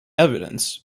evidence